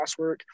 classwork